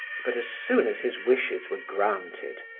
but as soon as his wishes were granted,